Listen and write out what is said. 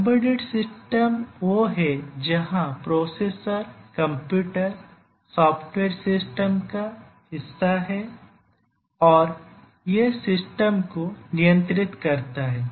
embedded system वे हैं जहां प्रोसेसर कंप्यूटर सॉफ्टवेयर सिस्टम का हिस्सा है और यह सिस्टम को नियंत्रित करता है